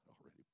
already